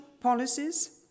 policies